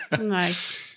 Nice